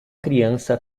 criança